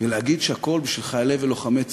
ולהגיד שהכול בשביל חיילי ולוחמי צה"ל,